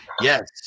yes